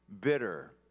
bitter